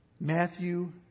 Matthew